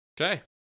Okay